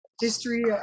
history